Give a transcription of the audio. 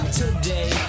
today